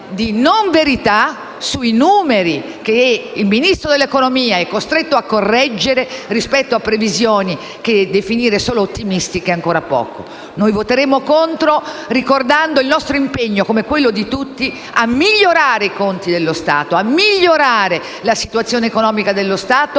di non verità sui numeri che il Ministro dell'economia è costretto a correggere rispetto a previsioni che definire solo ottimistiche è ancora poco. Noi voteremo contro, ricordando il nostro impegno, come quello di tutti, per migliorare i conti e la situazione economica dello Stato,